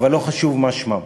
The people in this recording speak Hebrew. אבל לא חשוב מה שמם.